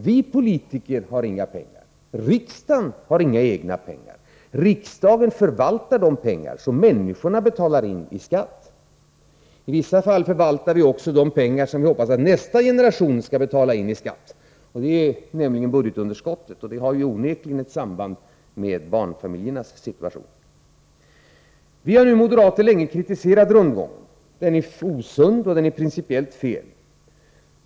Vi politiker har inga pengar. Riksdagen har inga egna pengar. Riksdagen förvaltar de pengar som människorna betalar in i skatt. I vissa fall förvaltar vi också de pengar som vi hoppas att nästa generation skall betalå in i skatt. Det är budgetunderskottet, och det har onekligen ett samband med barnfamiljernas situation. Vi moderater har länge kritiserat rundgången. Den är osund och den är principiellt fel.